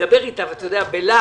ומדבר איתה בלהט,